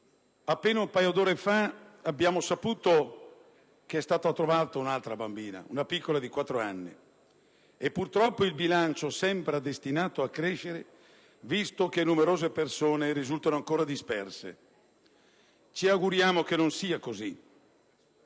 Appena un paio d'ore fa, abbiamo saputo che è stata trovata un'altra bambina, una piccola di quattro anni, e purtroppo il bilancio sembra destinato a crescere, visto che numerose persone risultano ancora disperse. Ci auguriamo che non sia così.